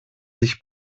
sich